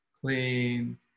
Clean